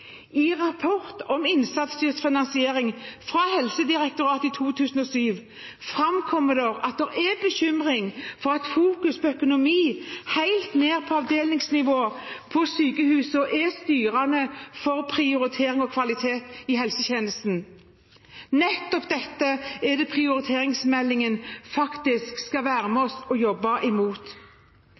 I rapport om innsatsstyrt finansiering fra Helsedirektoratet i 2007 framkommer det at det er bekymring for at fokus på økonomi helt ned på avdelingsnivå på sykehusene er styrende for prioritering og kvalitet i helsetjenesten. Nettopp dette er det prioriteringsmeldingen skal være med og jobbe imot.